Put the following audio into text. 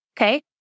Okay